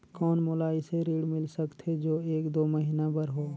कौन मोला अइसे ऋण मिल सकथे जो एक दो महीना बर हो?